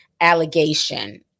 allegation